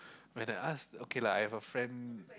when I ask okay lah I have a friend